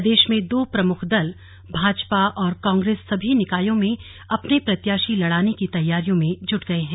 प्रदेश में दो प्रमुख दल भाजपा और कांग्रेस सभी निकायों में अपने प्रत्याशी लड़ाने की तैयारियों में जुट गये है